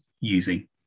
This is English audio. using